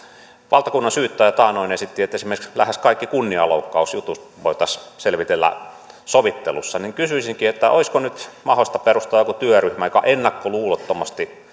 valtakunnansyyttäjä taannoin esitti että esimerkiksi lähes kaikki kunnianloukkausjutut voitaisiin selvitellä sovittelussa kysyisinkin olisiko nyt mahdollista perustaa joku työryhmä joka ennakkoluulottomasti